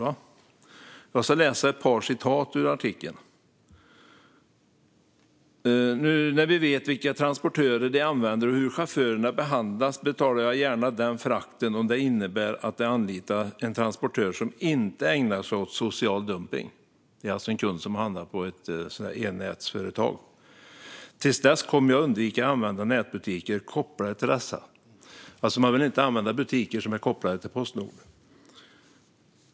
En kund som handlat från ett nätföretag uttalar sig så här: Nu när vi vet vilka transportörer de använder och hur chaufförerna behandlas betalar jag gärna frakten om det innebär att de anlitar en transportör som inte ägnar sig åt social dumpning. Till dess kommer jag att undvika att använda nätbutiker som är kopplade till dessa. Man vill alltså inte använda butiker som är kopplade till Postnord.